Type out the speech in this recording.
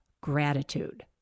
gratitude